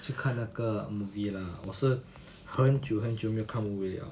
去看那个 movie lah 我是很久很久没有看 movie liao